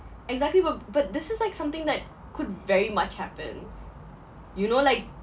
exactly bu~ but this is like something that could very much happen you know like